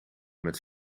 met